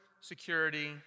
security